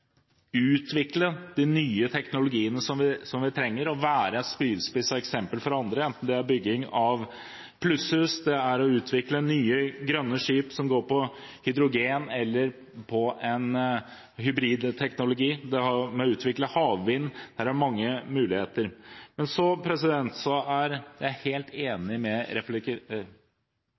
utvikle de nye teknologiene vi trenger, og være en spydspiss og eksempel for andre, enten det er bygging av plusshus, å utvikle nye, grønne skip som går på hydrogen eller på en hybridteknologi, eller å utvikle havvind – det er mange muligheter. Jeg er helt enig med